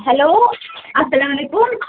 hello اَسلامُ علیکُم